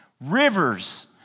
rivers